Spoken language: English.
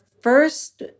first